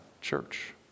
church